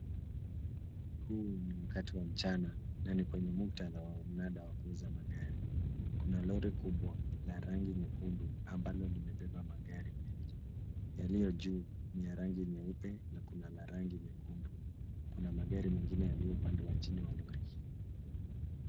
Huu ni wakati wa mchana na ni kwenye muktadha wa mnada wa kuuza magari. Kuna lori kubwa la rangi nyekundu ambalo limebeba magari mengi. Yaliyo juu ni ya rangi nyeupe na kuna la rangi nyekundu. Kuna mengine yaliyo upande wa chini wa lori hii.